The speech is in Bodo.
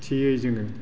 थियै जोङो